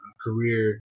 career